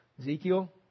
Ezekiel